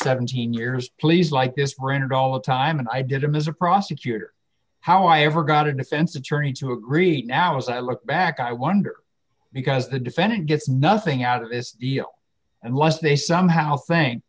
seventeen years please like this printed all the time and i did him as a prosecutor how i ever got a defense attorneys who agreed now as i look back i wonder because the defendant gets nothing out of this deal unless they somehow thin